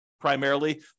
primarily